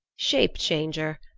shape-changer,